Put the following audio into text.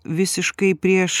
visiškai prieš